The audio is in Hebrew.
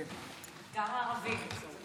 זה גם ערבים.